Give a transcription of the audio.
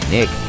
Nick